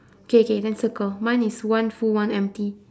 okay okay then circle mine is one full one empty